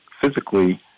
physically